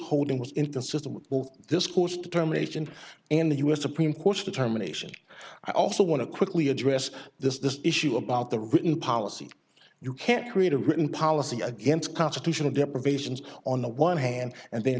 holding was inconsistent with this course determination and the u s supreme court's determination i also want to quickly address the issue about the written policy you can't create a written policy against constitutional deprivations on the one hand and the